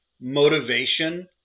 Motivation